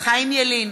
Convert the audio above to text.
חיים ילין,